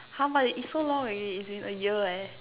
!huh! but it's so long already it's been a year leh